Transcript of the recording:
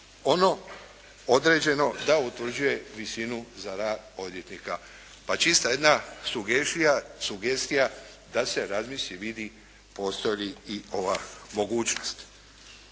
ono određeno da utvrđuje visinu za rad odvjetnika. Pa čista jedna sugestija da se razmisli, vidi postoji li ova mogućnost.